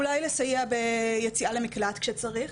אולי לסייע ביציאה למקלט כשצריך,